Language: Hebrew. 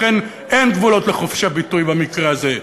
לכן, אין גבולות לחופש הביטוי במקרה הזה.